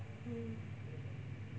mm